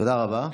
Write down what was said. תודה רבה.